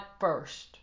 first